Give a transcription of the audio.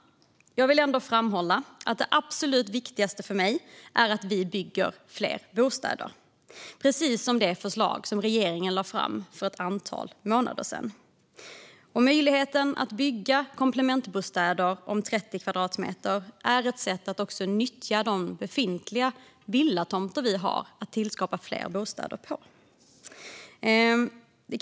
Jag vill ändå framhålla att det absolut viktigaste för mig är att vi bygger fler bostäder, och precis det innebär förslaget som regeringen lade fram för ett antal månader sedan. Att bygga komplementbostäder på 30 kvadratmeter är också ett sätt att bättre nyttja befintliga villatomter genom att skapa fler bostäder på dem.